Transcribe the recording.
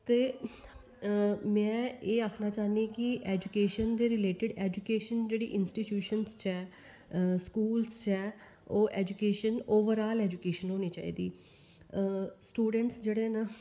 ते में एह् आक्खना चाह्न्नी कि ऐजुकेशन दे रिलेटिड ऐजुकेशन जेहड़ी इंसीटियुशन च ऐ स्कूलस चे ऐ ओह् ऐजुकेशन ओवरआल ऐजुक्शन होनी चाहिदी स्टूडेंटस जेहडे़ न